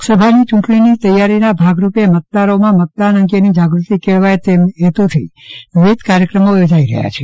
લોકસભાની ચૂંટણીની તૈયારીના ભાગરૂપે મતદારોમાં મતદાન અંગેની જાગૃતિ કેળવાય તે હેતુથી વિવિધ કાર્યક્રમો થોજાઇ રહ્યા છે